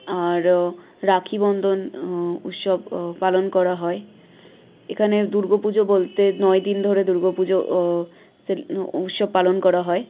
আর রাখি বন্ধন উৎসব পালন করা হয় এখানে দুর্গা পুজো বলতে নয় দিন ধরে দুর্গা পুজো সেল উৎসব পালন করা হয়